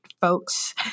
folks